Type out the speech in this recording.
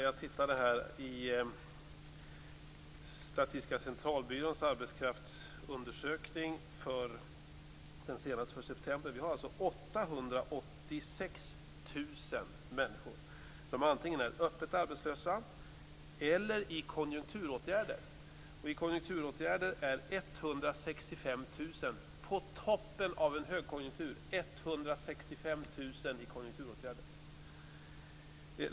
Jag tittar i Statistiska centralbyråns arbetskraftsundersökning för september. Vi har alltså 886 000 människor som antingen är öppet arbetslösa eller i konjunkturåtgärder. Antalet personer i konjunkturåtgärder är 165 000, på toppen av en högkonjunktur!